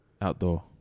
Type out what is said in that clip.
Outdoor